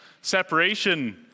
separation